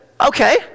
okay